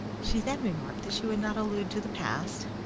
she then remarked that she would not allude to the past,